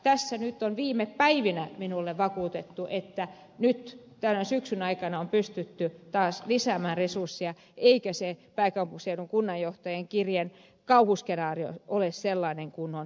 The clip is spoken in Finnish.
tässä nyt on viime päivinä minulle vakuutettu että nyt tämän syksyn aikana on pystytty taas lisäämään resursseja eikä se pääkaupunkiseudun kunnanjohtajien kirjeen kauhuskenaario ole sellainen kuin on ehdotettu